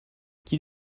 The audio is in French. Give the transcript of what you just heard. qu’il